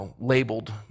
labeled